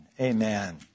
Amen